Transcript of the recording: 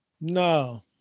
No